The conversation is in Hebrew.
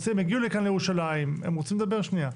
הם הגיעו לכאן לירושלים, הם רוצים לדבר שנייה.